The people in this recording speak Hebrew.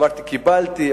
אמרתי: קיבלתי.